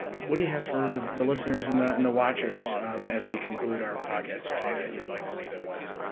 what do you have for the the listeners and the and the watchers as we conclude our podcast here today that you'd like to leave them with?